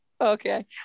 okay